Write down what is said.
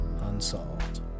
Unsolved